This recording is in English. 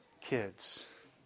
kids